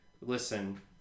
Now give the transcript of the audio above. listen